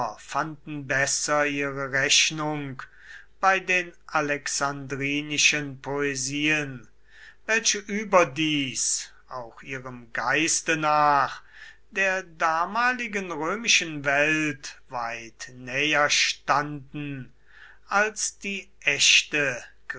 fanden besser ihre rechnung bei den alexandrinischen poesien welche überdies auch ihrem geiste nach der damaligen römischen welt weit näher standen als die echte